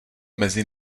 mezi